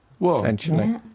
Essentially